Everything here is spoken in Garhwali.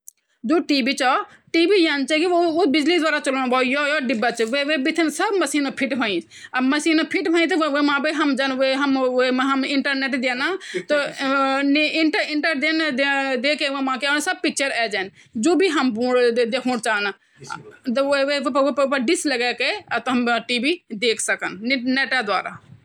जू सिलाई मशीन च वा खुट्टा बै चालोंण अर हाथे बै चलोंण अगर हम हाथे बै चालोंन त वेमा सबसे पैली हम सुई जू लगी च हमारी वे सुई मा धागा डावोण अर धागा मूडी बठीन दांत जन बन्या च वेमा हम कपड़ा फिट करौला अर फिर वे हाथे बिन चलौंला अर फिर यो हाथे बिन कपड़ा आगीने आगीने चलौंला अर यो हाथे बिन वे हथा चलौंला अर त वे बिन हमों कपड़ा सीलें जांदू अर जन मगों कपड़ा सीलन वन सील जान